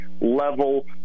level